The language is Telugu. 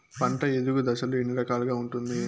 పంట ఎదుగు దశలు ఎన్ని రకాలుగా ఉంటుంది?